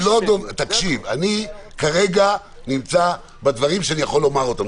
אני כרגע נמצא בדברים שאני יכול לומר אותם.